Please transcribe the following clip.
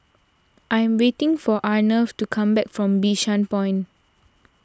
I am waiting for Arnav to come back from Bishan Point